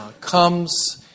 comes